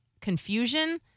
confusion